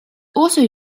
also